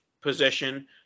position